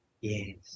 Yes